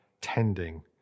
tending